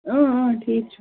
اۭں اۭں ٹھیٖک چھُ